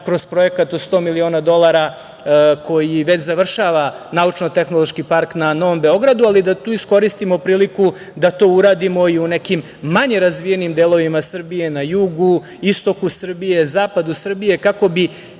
kroz projekat od 100 miliona dolara, koji već završava naučno-tehnološki park na Novom Beogradu, ali da tu iskoristimo priliku da to uradimo i u nekim manje razvijenim delovima Srbije, na jugu, istoku Srbije, zapadu Srbije, kako smo